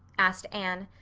asked anne.